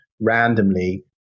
randomly